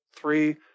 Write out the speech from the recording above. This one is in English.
three